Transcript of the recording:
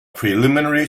preliminary